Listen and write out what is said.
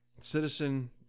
citizen